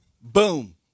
Boom